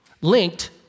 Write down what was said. linked